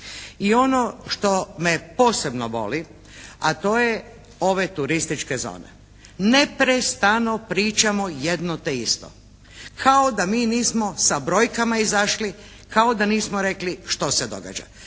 I ono što me posebno boli, a to je ove turističke zone. Neprestano pričamo jedno te isto. Kao da mi nismo sa brojkama izašli, kao da nismo rekli što se događa.